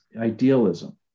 idealism